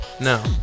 no